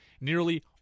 nearly